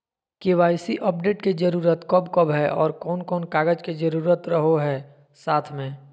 KYC update के जरूरत कब कब है और कौन कौन कागज के जरूरत रहो है साथ में?